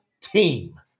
team